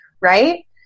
Right